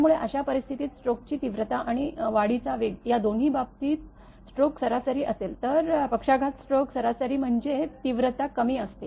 त्यामुळे अशा परिस्थितीत स्ट्रोकची तीव्रता आणि वाढीचा वेग या दोन्ही बाबतीत स्ट्रोक सरासरी असेल तर पक्षाघात स्ट्रोक सरासरी म्हणजे तीव्रता कमी असते